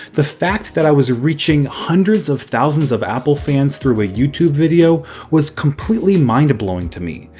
the fact that i was reaching hundreds of thousands of apple fans through a youtube video was completely mind-blowing to me.